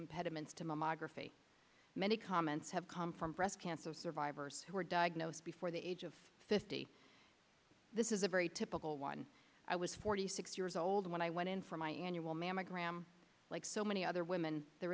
impediments to mammography many comments have come from breast cancer survivors who were diagnosed before the age of fifty this is a very typical one i was forty six years old when i went in for my annual mammogram like so many other women there